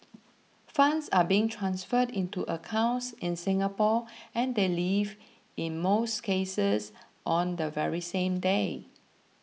funds are being transferred into accounts in Singapore and they leave in most cases on the very same day